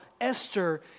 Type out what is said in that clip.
Esther